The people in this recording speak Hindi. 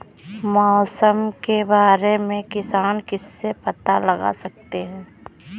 मौसम के बारे में किसान किससे पता लगा सकते हैं?